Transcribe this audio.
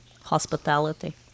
hospitality